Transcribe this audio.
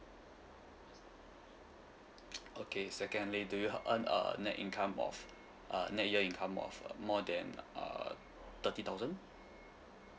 okay secondly do you earn a net income of uh net year income of a more than uh thirty thousand